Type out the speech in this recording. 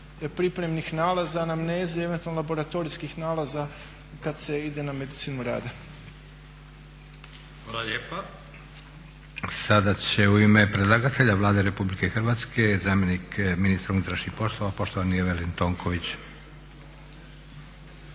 pripremnih nalaza, anamneze i eventualno laboratorijskih nalaza kada se ide na medicinu rada. **Leko, Josip (SDP)** Hvala lijepa. Sada će u ime predlagatelja Vlade Republike Hrvatske zamjenik ministra unutrašnjih poslova poštovani Evelin Tonković.